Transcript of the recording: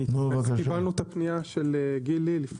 קיבלנו את הפנייה של גילי.